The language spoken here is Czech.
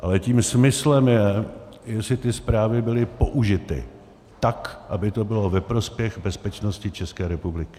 Ale tím smyslem je, jestli ty zprávy byly použity tak, aby to bylo ve prospěch bezpečnosti České republiky.